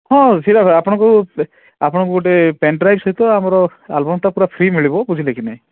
ହଁ ସେଇଟା ଆପଣଙ୍କୁ ଆପଣଙ୍କୁ ଗୋଟେ ପେନ୍ଡ୍ରାଇଭ୍ ସହିତ ଆମର ଆଲବମ୍ଟା ପୁରା ଫ୍ରୀ ମିଳିବ ବୁଝିଲେ କି ନାଇ